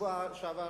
בשבוע שעבר